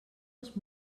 els